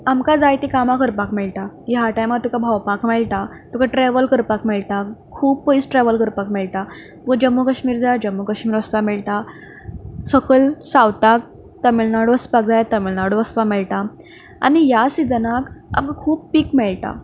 आमकां जाय ती कामां करपाक मेळटा ह्या टायमार तुका भोंवपाक मेळटा तुका ट्रॅवल करपाक मेळटा खूब पयस ट्रॅवल करपाक मेळटा तुका जम्मू कश्मीर जाय जम्मू कश्मीर वचपाक मेळटा सकयल सावथाक तामील नाडू वचपाक जाय तामील नाडू वचपाक मेळटा आनी ह्या सिजनाक आमकां खूब पीक मेळटा